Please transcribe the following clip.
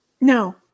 no